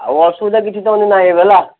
ଆଉ ଅସୁବିଧା କିଛି ତ ନାଇଁ ଗଲା